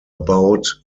about